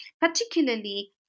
particularly